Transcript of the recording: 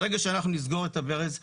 ברגע שאנחנו נסגור את הברז ונגיד,